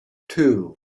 two